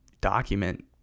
document